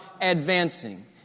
advancing